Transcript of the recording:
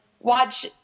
watch